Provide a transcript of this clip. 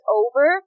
over